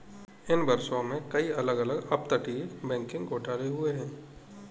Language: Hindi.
इन वर्षों में, कई अलग अलग अपतटीय बैंकिंग घोटाले हुए हैं